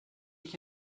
ich